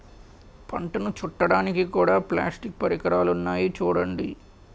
పంటను చుట్టడానికి కూడా ప్లాస్టిక్ పరికరాలున్నాయి చూడండి